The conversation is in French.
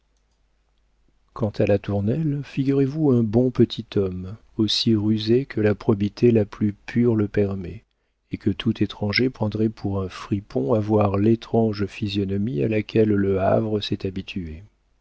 quant à latournelle figurez-vous un bon petit homme aussi rusé que la probité la plus pure le permet et que tout étranger prendrait pour un fripon à voir l'étrange physionomie à laquelle le havre s'est habitué